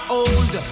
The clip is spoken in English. old